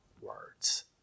words